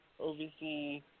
OVC